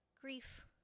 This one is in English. grief